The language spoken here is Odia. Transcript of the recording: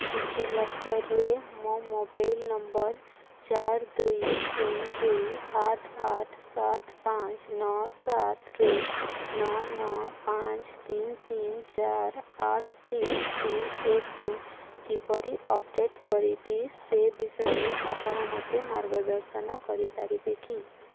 ଡିଜିଲକର୍ରେ ମୋ ମୋବାଇଲ୍ ନମ୍ବର୍ ଚାରି ଦୁଇ ଶୂନ ଦୁଇ ଆଠ ଆଠ ସାତ ପାଞ୍ଚ ନଅ ସାତରୁ ନଅ ନଅ ପାଞ୍ଚ ତିନି ତିନି ଚାରି ଆଠ ତିନି ଶୂନ ଏକକୁ କିପରି ଅପଡ଼େଟ୍ କରିବି ସେ ବିଷୟରେ ଆପଣ ମୋତେ ମାର୍ଗଦର୍ଶନ କରିପାରିବେ କି